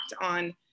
on